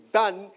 done